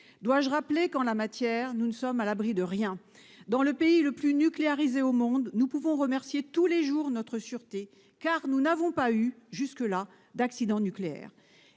Dois-je rappeler que nous ne sommes à l'abri de rien ? Dans le pays le plus nucléarisé au monde, nous pouvons remercier tous les jours notre sûreté pour n'avoir connu, jusqu'ici, aucun accident nucléaire.